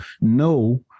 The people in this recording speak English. No